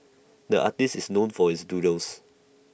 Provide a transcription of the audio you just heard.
the artist is known for his doodles